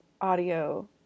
audio